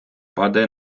падає